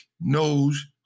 knows